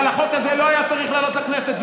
אבל החוק הזה לא היה צריך לעלות לכנסת.